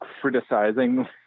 criticizing